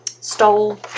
stole